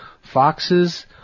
Foxes